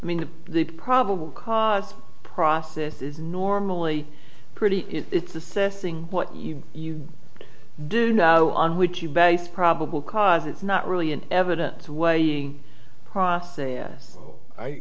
i mean the probable cause process is normally pretty it's assessing what you do know on which you base probable cause it's not really an evident process i